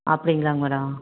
அப்படிங்களா மேடம்